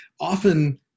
often